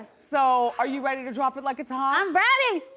so are you ready to drop it like it's hot? i'm ready,